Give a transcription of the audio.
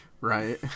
Right